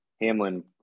Hamlin